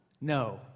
No